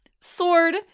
Sword